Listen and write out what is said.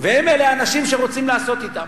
ואלה הם האנשים שרוצים לעשות אתם